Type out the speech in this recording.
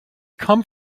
come